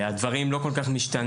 והדברים לא כל כך משתנים,